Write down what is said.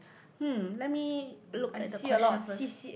hmm let me look at the question first